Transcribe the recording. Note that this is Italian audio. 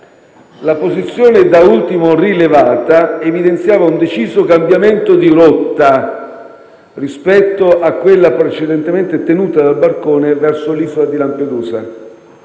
La posizione da ultimo rilevata evidenziava un deciso cambiamento di rotta rispetto a quella precedentemente tenuta dal barcone verso l'isola di Lampedusa.